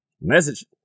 Message